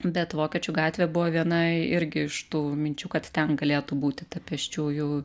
bet vokiečių gatvė buvo viena irgi iš tų minčių kad ten galėtų būti ta pėsčiųjų